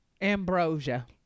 Ambrosia